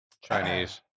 Chinese